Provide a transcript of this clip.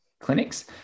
clinics